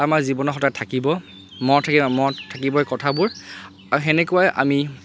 আৰু আমাৰ জীৱনত সদায় থাকিব মনত থাকিব মনত থাকিবই কথাবোৰ আৰু সেনেকুৱাই আমি